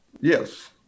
yes